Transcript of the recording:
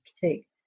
take